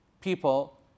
people